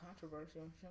controversial